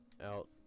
out